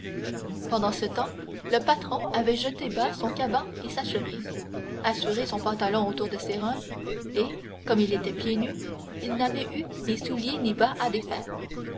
pendant ce temps le patron avait jeté bas son caban et sa chemise assuré son pantalon autour de ses reins et comme il était pieds nus il n'avait eu ni souliers ni bas à